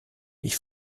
ich